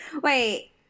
Wait